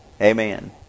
Amen